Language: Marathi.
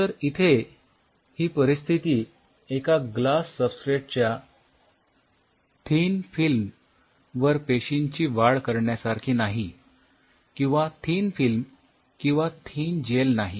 तर इथे ही परिस्थिती एका ग्लास सबस्ट्रेटच्या थीन फिल्म वर पेशींची वाढ करण्यासारखी नाही किंवा थीन फिल्म किंवा थीन जेल नाही